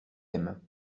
aime